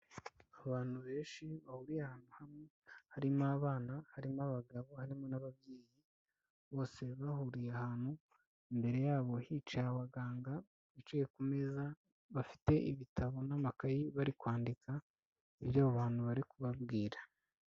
Abantu benshi bahuriye ahantu hamwe harimo abana, harimo abagabo, harimo n'ababyeyi bose bahuriye ahantu, imbere yabo hicaye abaganga bicaye ku meza, bafite ibitabo n'amakayi bari kwandika ibyo abo bantu bari kubabwira.